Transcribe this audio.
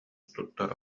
туттар